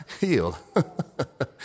Healed